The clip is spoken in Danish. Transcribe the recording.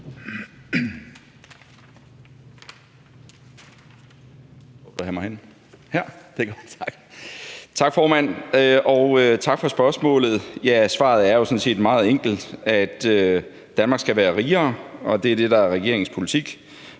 Tak, formand. Og tak for spørgsmålet. Ja, svaret er jo sådan set meget enkelt, nemlig at Danmark skal være rigere, og det er det, der er regeringens politik.